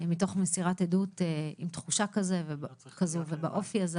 מתוך מסירת עדות עם תחושה כזו ובאופי הזה